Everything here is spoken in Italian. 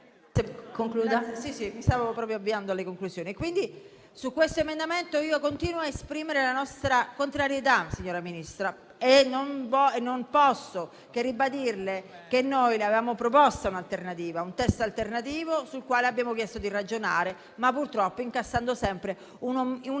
mi stavo proprio avviando alle conclusioni. Su questo emendamento continuo a esprimere la nostra contrarietà, signora Ministra, e non posso che ribadirle che noi avevamo proposto un'alternativa, un testo alternativo sul quale abbiamo chiesto di ragionare, purtroppo incassando sempre un'immotivata